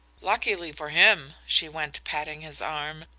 luckily for him, she went, patting his arm,